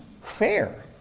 fair